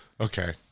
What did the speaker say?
Okay